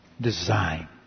design